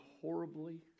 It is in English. horribly